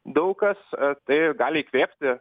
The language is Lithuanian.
daug kas tai gali įkvėpti